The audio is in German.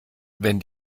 wenn